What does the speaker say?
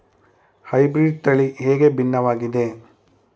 Hybrid ತಳಿ ಹೇಗೆ ಭಿನ್ನವಾಗಿದೆ?